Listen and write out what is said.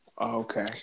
okay